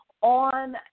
on